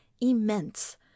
immense